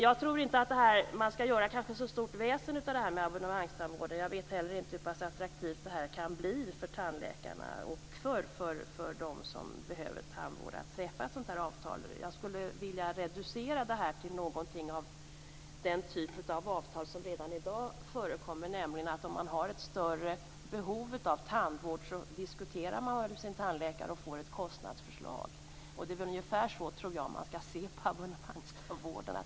Jag tror kanske inte att man skall göra så stort väsen av detta med abonnemangstandvården. Jag vet heller inte hur pass attraktivt det kan bli för tandläkarna och för dem som behöver tandvård att träffa ett sådant avtal. Jag skulle vilja reducera det här till något som liknar den typ av avtal som redan i dag förekommer, nämligen att om man har ett större behov av tandvård diskuterar man med sin tandläkare och får ett kostnadsförslag. Det är väl ungefär så, tror jag, man skall se på abonnemangstandvården.